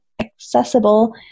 accessible